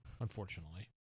Unfortunately